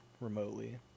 remotely